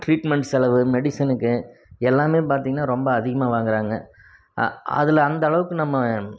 treatment செலவு மெடிசனுக்கு எல்லாமே பார்த்திங்கனா ரொம்ப அதிகமாக வாங்குறாங்க அதில் அந்த அளவுக்கு நம்ம